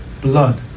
blood